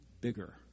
bigger